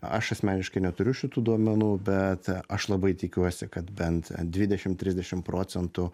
aš asmeniškai neturiu šitų duomenų bet aš labai tikiuosi kad bent dvidešimt trisdešimt procentų